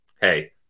hey